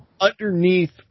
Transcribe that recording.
underneath